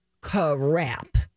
crap